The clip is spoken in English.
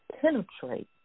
Penetrate